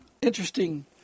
interesting